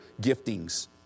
giftings